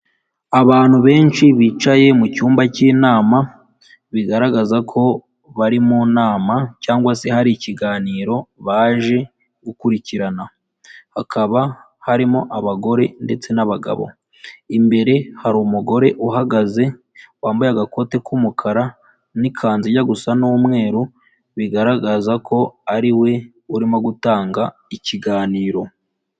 Abantu benshi bicaye mu cyumba cy'inama, bigaragaza ko bari mu nama cyangwa se hari ikiganiro baje gukurikirana, hakaba harimo abagore ndetse n'abagabo, imbere hari umugore uhagaze wambaye agakote k'umukara n'ikanzu ijya gusa n'umweru bigaragaza ko ari we urimo gutanga ikiganiro.